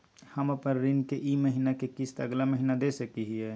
हम अपन ऋण के ई महीना के किस्त अगला महीना दे सकी हियई?